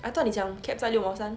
I thought 你讲 cap 在六毛三